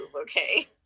okay